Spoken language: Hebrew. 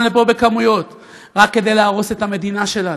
לפה בכמויות רק כדי להרוס את המדינה שלנו,